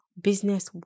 business